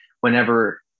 Whenever